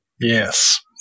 Yes